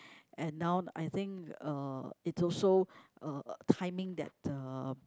and now I think uh it also uh timing that uh